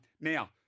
Now